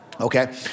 Okay